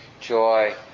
joy